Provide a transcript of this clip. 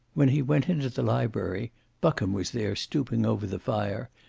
when he went into the library buckham was there stooping over the fire,